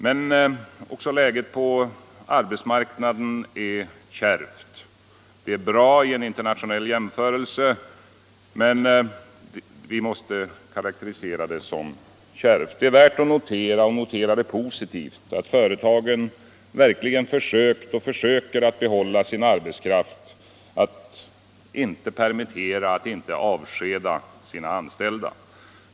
Men även läget på arbetsmarknaden är kärvt. Det läget är bra vid en internationell jämförelse, men vi måste karakterisera det som kärvt ändå. Det är värt att notera — och att notera det positivt — att företagen verkligen försökt och försöker att behålla sin arbetskraft, att de inte permitterar eller avskedar sina anställda.